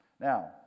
Now